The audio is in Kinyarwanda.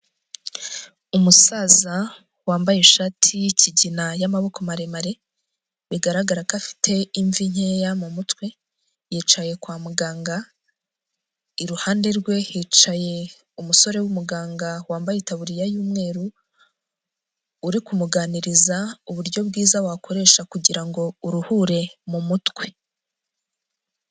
Umusaza wambaye ishati yikigina y'amaboko maremare, bigaragara ko afite imvi nkeya mu mutwe, yicaye kwa muganga, iruhande rwe hicaye umusore w'umuganga wambaye itaburiya y'umweru, uri kumuganiriza uburyo bwiza wakoresha kugira ngo uruhure mu mutwe.